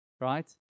right